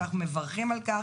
ואנחנו מברכים על כך.